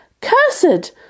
Cursed